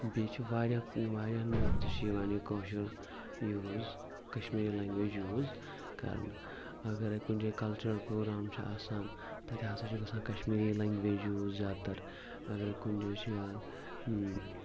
بیٚیہِ چھِ واریاہ وایاہ تہِ چھِ یِوان یہِ کٲشُر یوٗز کشمیٖری لنگویج یوٗز کَرنہٕ اگر ہا کُنہِ جایہِ کلچرَل پروگرام چھِ آسان تَتہِ ہسا چھِ گژھان کشمیٖری لنگویج یوٗز زیادٕ تر اگر ہا کُنہِ جایہِ چھِ یا